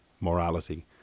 morality